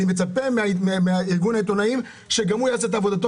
אני מצפה מארגון העיתונאים שגם הוא יעשה את עבודתו